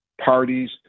parties